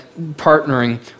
partnering